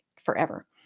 forever